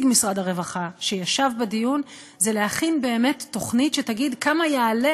משרד הרווחה שישב בדיון זה להכין באמת תוכנית שתגיד כמה יעלה